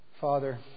Father